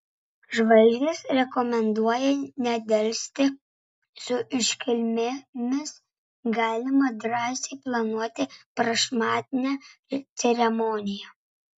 žvaigždės rekomenduoja nedelsti su iškilmėmis galima drąsiai planuoti prašmatnią ceremoniją